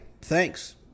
thanks